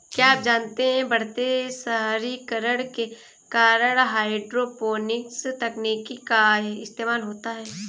क्या आप जानते है बढ़ते शहरीकरण के कारण हाइड्रोपोनिक्स तकनीक का इस्तेमाल होता है?